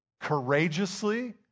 courageously